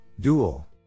Dual